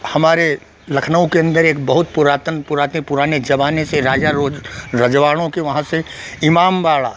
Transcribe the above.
हमारे लखनऊ के अंदर एक बहुत पुरातन पुराने पुराने ज़माने से राजा रोज रजवाड़ों के वहाँ से इमामबाड़ा